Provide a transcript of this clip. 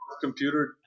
computer